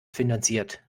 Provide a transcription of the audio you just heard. finanziert